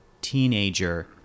teenager